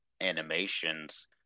animations